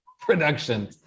production